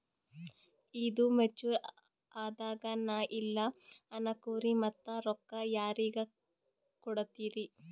ಈದು ಮೆಚುರ್ ಅದಾಗ ನಾ ಇಲ್ಲ ಅನಕೊರಿ ಮತ್ತ ರೊಕ್ಕ ಯಾರಿಗ ಕೊಡತಿರಿ?